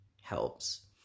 helps